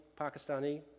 Pakistani